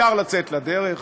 אפשר לצאת לדרך,